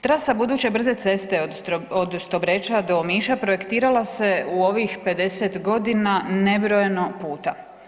Trasa buduće brze ceste od Stobreča do Omiša projektirala se u ovih 50 g. nebrojeno puta.